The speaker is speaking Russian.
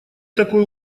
такой